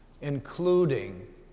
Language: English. including